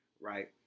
right